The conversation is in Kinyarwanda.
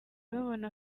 babona